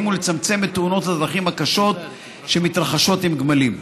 ולצמצם את תאונות הדרכים הקשות שמתרחשות עם גמלים.